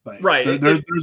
Right